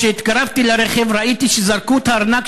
וכשהתקרבתי לרכב ראיתי שזרקו את הארנק